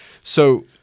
So-